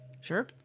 sure